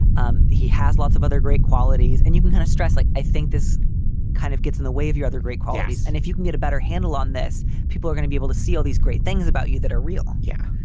um he has lots of other great qualities. and you can kind of stress like i think this kind of gets in the way of your other great qualities. and if you can get a better handle on this, people are gonna be able to see all these great things about you that are real. yeah.